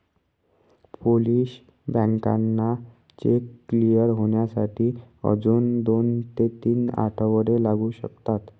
Polish बँकांना cheque clear होण्यासाठी अजून दोन ते तीन आठवडे लागू शकतात